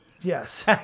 Yes